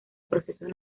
procesos